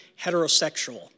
heterosexual